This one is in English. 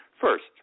First